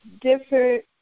different